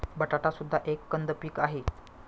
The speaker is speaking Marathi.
बटाटा सुद्धा एक कंद पीक आहे